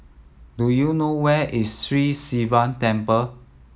do you know where is Sri Sivan Temple